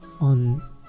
on